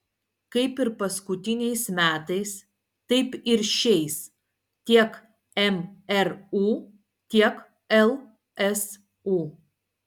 kaip ir paskutiniais metais taip ir šiais tiek mru tiek lsu